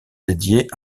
dédié